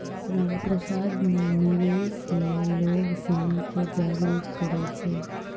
रामप्रसाद ने निवेश ल लोग सिनी के जागरूक करय छै